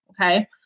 Okay